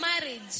marriage